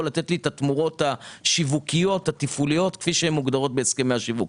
לתת לי את התמורות השיווקיות-התפעוליות כפי שהן מוגדרות בהסכמי השיווק.